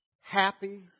happy